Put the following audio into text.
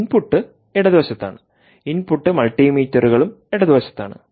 input ഇടതുവശത്താണ് input മൾട്ടിമീറ്ററുകളും ഇടതുവശത്താണ്